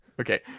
okay